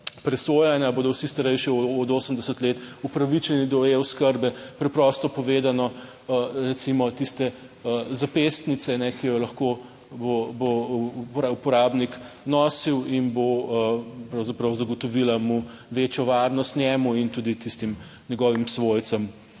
presojanja bodo vsi starejši od 80 let upravičeni do eOskrbe. Preprosto povedano, recimo tiste zapestnice, ki jo lahko bo uporabnik nosil in bo pravzaprav zagotovila mu večjo varnost, njemu in tudi tistim njegovim svojcem,